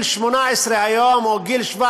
יחד אתך.